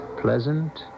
pleasant